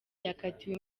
yakatiwe